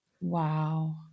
Wow